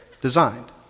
designed